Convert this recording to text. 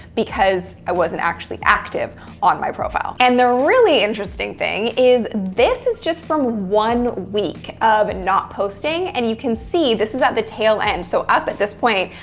because i wasn't actually active on my profile. and the really interesting thing is, this is just from one week of not posting, and you can see this was at the tail end. so, up at this point,